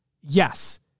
Yes